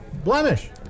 Blemish